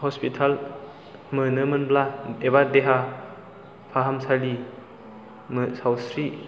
hospital मोनोमोनब्ला एबा देहा फाहामसालि सावस्रि